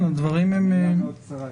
המליאה מאוד קצרה.